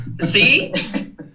See